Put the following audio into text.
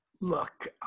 Look